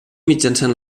mitjançant